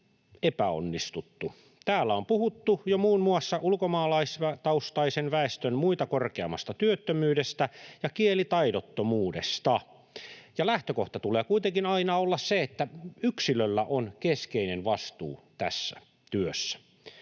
Täällä on puhuttu jo muun muassa ulkomaalaistaustaisen väestön muita korkeammasta työttömyydestä ja kielitaidottomuudesta. Lähtökohdan tulee kuitenkin aina olla se, että yksilöllä on keskeinen vastuu tässä työssä.